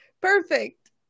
Perfect